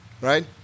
Right